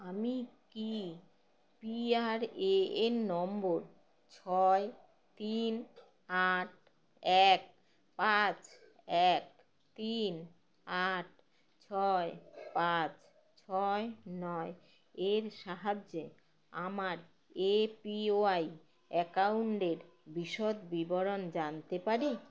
আমি কি PRAN number ছয় তিন আট এক পাঁচ এক তিন আট ছয় পাঁচ ছয় নয় এর সাহায্যে আমার এপিওয়াই অ্যাকাউন্ডের বিশদ বিবরণ জানতে পারি